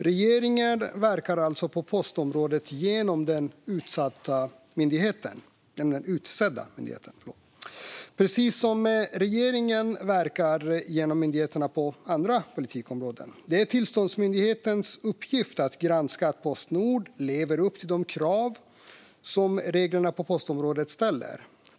Regeringen verkar alltså på postområdet genom den utsedda myndigheten, precis som regeringen verkar genom myndigheterna på andra politikområden. Det är tillsynsmyndighetens uppgift att granska att Postnord lever upp till de krav som reglerna på postområdet ställer.